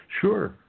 Sure